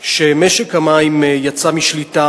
שמשק המים יצא משליטה.